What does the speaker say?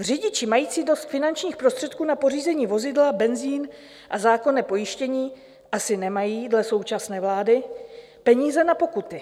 Řidiči mající dost finančních prostředků na pořízení vozidla, benzin a zákonné pojištění asi nemají dle současné vlády peníze na pokuty.